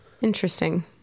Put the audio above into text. Interesting